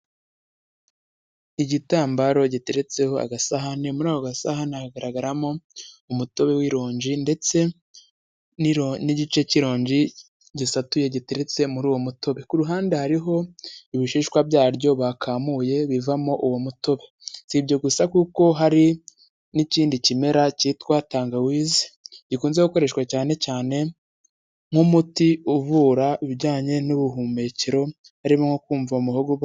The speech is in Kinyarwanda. Igitambaro giteretseho agasahani, muri ako gasahani haragaragaramo umutobe w'ironji ndetse n'igice cy'ironji gisatuye giteretse muri uwo mutobe. Ku ruhande hariho ibishishwa byaryo bakamuye bivamo uwo mutobe. Si ibyo gusa, kuko hari n'ikindi kimera cyitwa tangawizi, gikunze gukoreshwa cyane cyane nk'umuti uvura ibijyanye n'ubuhumekero, harimo nko kumva mu muhogo